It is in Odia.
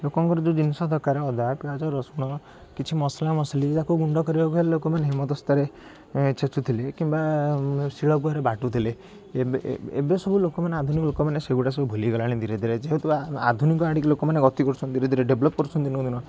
ଲୋକଙ୍କର ଯେଉଁ ଜିନିଷ ଦରକାର ଅଦା ପିଆଜ ରସୁଣ କିଛି ମସଲାମସଲି ୟାକୁ ଗୁଣ୍ଡ କରିବାକୁ ହେଲେ ଲୋକମାନେ ହେମଦସ୍ତାରେ ଏଁ ଛେଚୁଥିଲେ କିମ୍ବା ଶିଳପୁଆରେ ବାଟୁଥିଲେ ଏବେ ଏବେ ସବୁ ଲୋକମାନେ ଆଧୁନିକ ଲୋକମାନେ ସେଗୁଡ଼ା ସବୁ ଭୁଲି ଗଲେଣି ଧୀରେ ଧୀରେ ଯେହେତୁ ଆ ଆଧୁନିକ ଆଡ଼କୁ ଲୋକମାନେ ଗତି କରୁଛନ୍ତି ଧୀରେ ଧୀରେ ଡେଭଲପ୍ କରୁଛନ୍ତି ଦିନକୁ ଦିନ